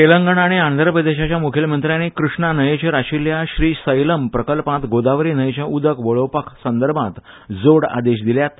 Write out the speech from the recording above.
तेलंगणा आनी आंध्रप्रदेशाच्या मुखेलमंत्र्यान कृष्णा न्हंयचेर आशिल्ल्या श्रीसैलम प्रकल्पांत गोदावरी न्हंयचे उदक वळोवपा संदर्भांत जोड आदेश दिल्यात